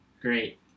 Great